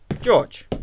George